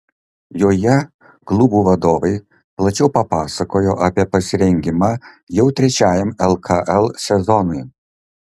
joje klubų vadovai plačiau papasakojo apie pasirengimą jau trečiajam lkl sezonui